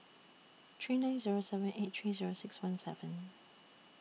three nine Zero seven eight three Zero six one seven